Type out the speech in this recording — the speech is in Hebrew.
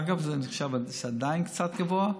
אגב, זה נחשב עדיין קצת גבוה.